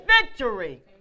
victory